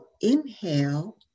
inhale